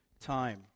time